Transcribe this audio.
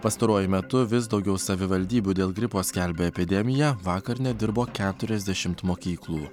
pastaruoju metu vis daugiau savivaldybių dėl gripo skelbia epidemiją vakar nedirbo keturiasdešimt mokyklų